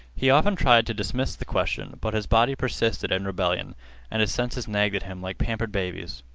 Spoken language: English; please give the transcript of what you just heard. he often tried to dismiss the question, but his body persisted in rebellion and his senses nagged at him like pampered babies.